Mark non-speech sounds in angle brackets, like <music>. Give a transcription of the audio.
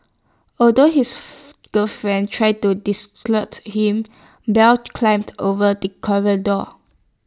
although his <unintelligible> girlfriend tried to diss slut him bell climbed over the corridor